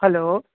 hello